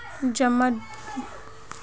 जमा डिपोजिट का हे हमनी के बताई?